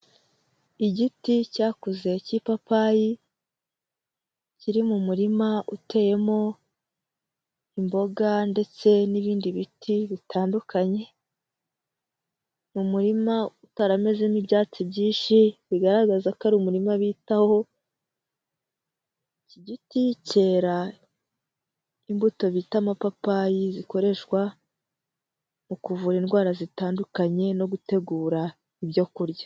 Igiti cyakuze k'ipapayi kiri mu murima uteyemo imboga ndetse n'ibindi biti bitandukanye, mu murima utaramezemo ibyatsi byinshi, bigaragaza ko ari umurima bitaho, iki giti kera imbuto bita amapapayi zikoreshwa mu kuvura indwara zitandukanye no gutegura ibyo kurya.